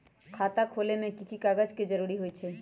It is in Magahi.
खाता खोले में कि की कागज के जरूरी होई छइ?